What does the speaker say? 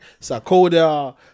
Sakoda